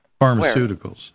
Pharmaceuticals